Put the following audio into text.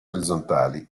orizzontali